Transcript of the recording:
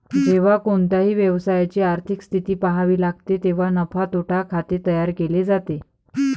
जेव्हा कोणत्याही व्यवसायाची आर्थिक स्थिती पहावी लागते तेव्हा नफा तोटा खाते तयार केले जाते